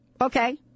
Okay